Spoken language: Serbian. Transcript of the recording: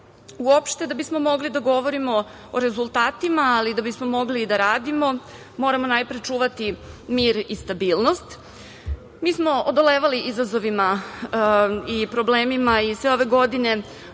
Uopšte da bi smo mogli da govorimo o rezultatima, ali da bi smo mogli i da radimo moramo najpre čuvati mir i stabilnost. Mi smo odolevali izazovima i problemima i sve ove godine